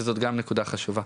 וזאת גם נקודה חשובה.